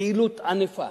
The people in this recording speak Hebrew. פעילות ענפה